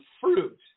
fruit